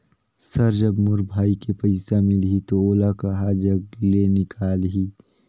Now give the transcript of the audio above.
Sir जब मोर भाई के पइसा मिलही तो ओला कहा जग ले निकालिही?